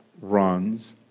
runs